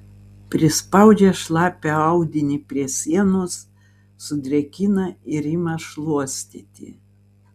prispaudžia šlapią audinį prie sienos sudrėkina ir ima šluostyti